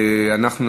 אם כך,